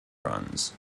runs